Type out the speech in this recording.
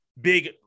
big